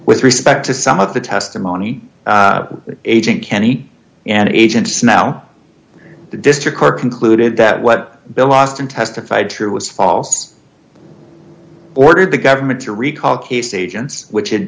with respect to some of the testimony agent kenney and agents now the district court concluded that what bill austin testified to was false ordered the government to recall case agents which